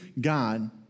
God